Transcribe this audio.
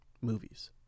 movies